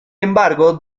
embargo